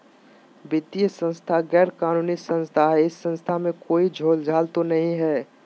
वित्तीय संस्था गैर कानूनी संस्था है इस संस्था में कोई झोलझाल तो नहीं है?